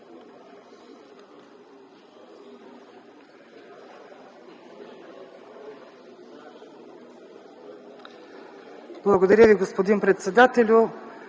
Благодаря Ви, господин председателю.